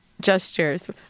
gestures